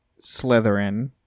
slytherin